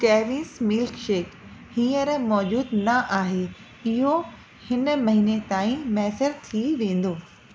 Kevin's milkshake हींअर मौजूदु न आहे इहो हिन महीने ताईं मुयसरु थी वेंदो